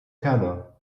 kanno